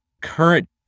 current